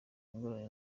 ingorane